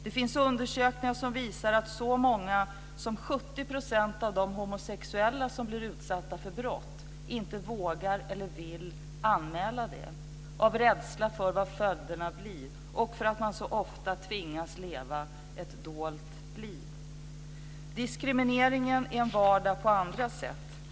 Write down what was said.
Det finns undersökningar som visar att så många som 70 % av de homosexuella som blivit utsatta för brott inte vågar eller vill anmäla det av rädsla för vad följderna blir och för att man så ofta tvingas leva ett dolt liv. Diskrimineringen är en vardag på andra sätt.